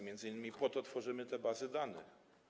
Między innymi po to tworzymy te bazy danych.